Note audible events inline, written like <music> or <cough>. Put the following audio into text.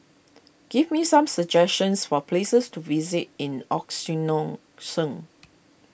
give me some suggestions for places to visit in <unintelligible>